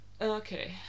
Okay